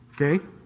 Okay